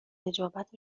نجابت